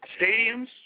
Stadiums